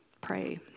pray